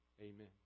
Amen